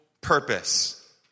purpose